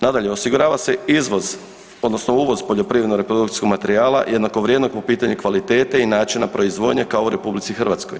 Nadalje, osigurava se izvoz odnosno uvoz poljoprivredno reprodukcijskog materijala jednako vrijednog po pitanju kvalitete i načina proizvodnje kao u RH.